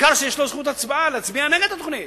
בעיקר שיש לו זכות להצביע נגד התוכנית.